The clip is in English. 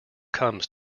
comes